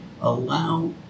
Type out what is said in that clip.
allow